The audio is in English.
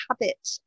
habit